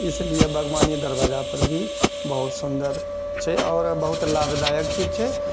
इसीलिए बागवानी दरवाजापर भी बहुत सुन्दर छै आओर बहुत लाभदायक चीज छै